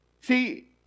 See